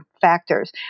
factors